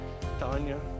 Tanya